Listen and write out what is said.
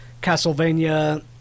Castlevania